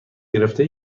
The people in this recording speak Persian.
گرفته